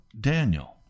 Daniel